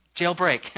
jailbreak